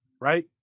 Right